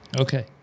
Okay